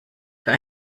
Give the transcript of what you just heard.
für